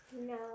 No